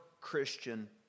Christian